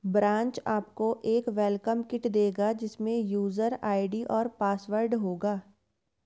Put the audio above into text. branch आपको एक welcome kit देगा जिसमे यूजर आई.डी और पासवर्ड होगा